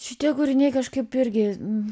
šitie kūriniai kažkaip irgi